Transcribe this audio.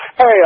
Hey